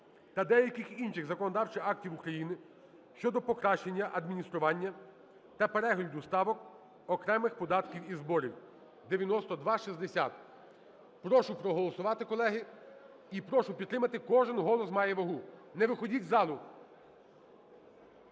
та деяких інших законодавчих актів України щодо покращення адміністрування та перегляду ставок окремих податків і зборів (9260). Прошу проголосувати, колеги, і прошу підтримати. Кожен голос має вагу. Не виходьте з залу!